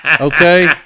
Okay